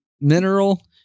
mineral